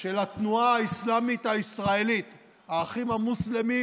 של התנועה האסלאמית הישראלית, האחים המוסלמים,